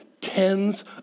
tens